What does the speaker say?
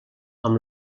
amb